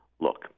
look